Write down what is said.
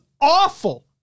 awful